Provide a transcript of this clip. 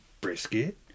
brisket